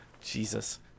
Jesus